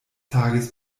tages